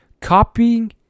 copying